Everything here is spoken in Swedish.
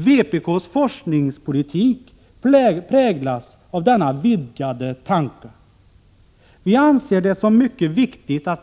Vpk:s forskningspolitik präglas av denna vidgade tanke. Vi anser det som mycket viktigt att